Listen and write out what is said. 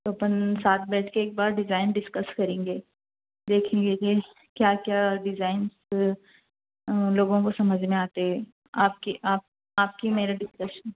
اپن ساتھ بیٹھ کے ایک بار ڈیزائن ڈسکس کریں گے دیکھیں گے کہ کیا کیا ڈیزائنس لوگوں کو سمجھ میں آتے آپ کی آپ آپ کی میری ڈسکشن